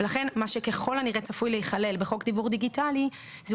לכן מה שככל הנראה צפוי להיכלל בחוק דיוור דיגיטלי זאת